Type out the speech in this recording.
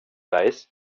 weiß